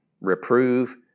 reprove